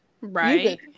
right